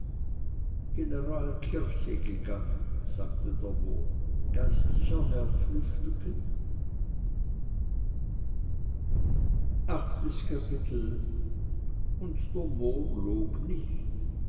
general kirche gegangen sagte der mohr geistlicher herr frühstücken achtes kapitel und der mohr log nicht